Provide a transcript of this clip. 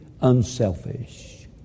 unselfish